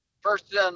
first